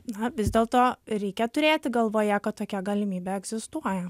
na vis dėlto reikia turėti galvoje kad tokia galimybė egzistuoja